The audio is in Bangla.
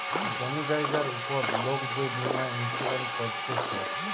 জমি জায়গার উপর লোক যে বীমা ইন্সুরেন্স করতিছে